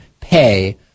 pay